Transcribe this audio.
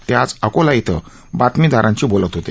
ते आज अकोला इथं बातमीदारांशी बोलत होते